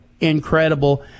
incredible